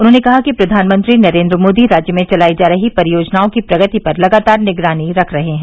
उन्होंने कहा कि प्रधानमंत्री नरेन्द्र मोदी राज्य में चलाई जा रही परियोजनाओं की प्रगति पर लगातार निगरानी रख रहे हैं